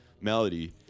melody